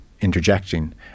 interjecting